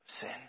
sin